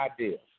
ideas